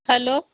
hello